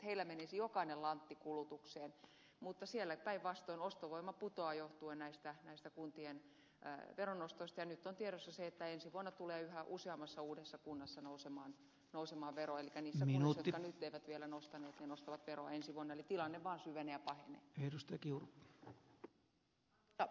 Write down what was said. heillä menisi jokainen lantti kulutukseen mutta siellä päinvastoin ostovoima putoaa johtuen näistä kuntien veronostoista ja nyt on tiedossa se että ensi vuonna tulee yhä useammassa uudessa kunnassa nousemaan vero elikkä ne kunnat jotka nyt eivät vielä nostaneet nostavat veroa ensi vuonna eli tilanne vaan syvenee ja pahenee